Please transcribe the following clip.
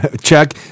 check